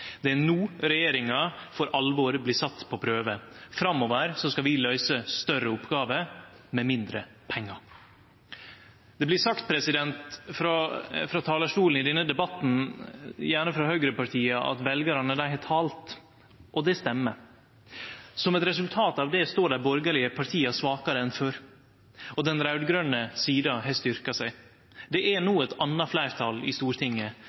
Det er no regjeringa for alvor blir sett på prøve. Framover skal vi løyse større oppgåver med mindre pengar. Det blir sagt frå talarstolen i denne debatten, gjerne frå høgrepartia, at veljarane har talt. Det stemmer. Som eit resultat av det står dei borgarlege partia svakare enn før, og den raud-grøne sida har styrkt seg. Det er no eit anna fleirtal i Stortinget